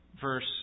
verse